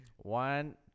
one